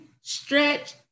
stretch